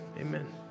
amen